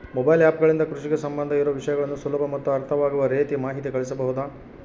Mobile app ಗಳಿಂದ ಕೃಷಿಗೆ ಸಂಬಂಧ ಇರೊ ವಿಷಯಗಳನ್ನು ಸುಲಭ ಮತ್ತು ಅರ್ಥವಾಗುವ ರೇತಿ ಮಾಹಿತಿ ಕಳಿಸಬಹುದಾ?